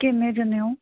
ਕਿੰਨੇ ਜਾਣੇ ਓਂ